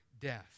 death